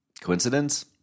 Coincidence